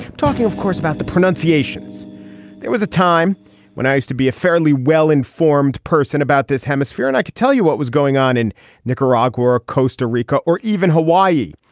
talking of course about the pronunciations there was a time when i used to be a fairly well informed person about this hemisphere and i could tell you what was going on in nicaragua or costa rica or even hawaii.